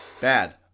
Bad